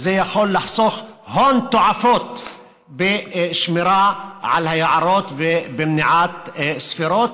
זה יכול לחסוך הון תועפות בשמירה על היערות ובמניעת שרפות,